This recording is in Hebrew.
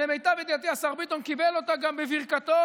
ולמיטב ידיעתי השר ביטון קיבל אותה גם בברכתו